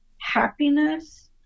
happiness